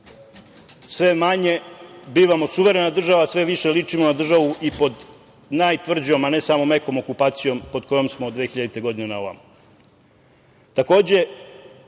sve manje bivamo suverena država, sve više ličimo na državu i pod najtvrđom, a ne samo mekom okupacijom, pod kojom smo od 2000. godine na